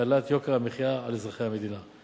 להקלת יוקר המחיה על אזרחי המדינה.